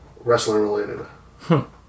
wrestling-related